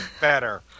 better